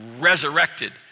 resurrected